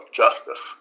justice